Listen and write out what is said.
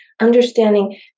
understanding